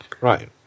Right